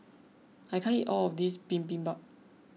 I can't eat all of this Bibimbap